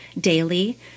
daily